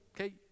okay